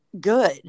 good